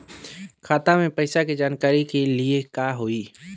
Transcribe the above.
खाता मे पैसा के जानकारी के लिए का होई?